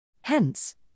Hence